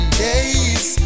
days